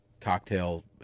cocktail